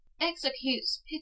executes